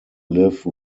live